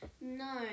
No